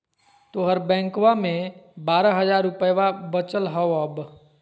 तोहर बैंकवा मे बारह हज़ार रूपयवा वचल हवब